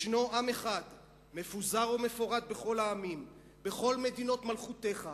ישנו עם אחד מפוזר ומפורד מכל העמים בכל מדינות מלכותך,